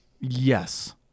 Yes